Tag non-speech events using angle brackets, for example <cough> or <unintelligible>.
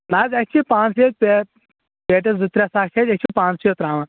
نہ حظ اَسہِ چھُ <unintelligible> پیٹٮ۪س زٕ ترٛےٚ ساس چھِ اَسہِ أسۍ چھِ پانسٕے یوت ترٛاوان